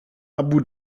abu